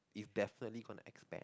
it's definitely going to expand